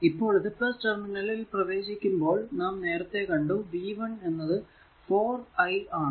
അപ്പോൾ ഇത് ടെർമിനലിൽ പ്രവേശിക്കുമ്പോൾ നാം നേരത്തെ കണ്ടു v1 എന്നത് 4 i ആണ്